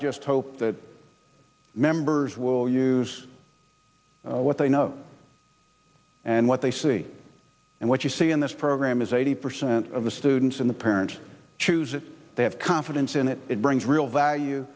just hope that members will use what they know and what they see and what you see in this program is eighty percent of the students in the parent choose it they have confidence in it it brings real value